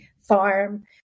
farm